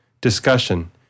discussion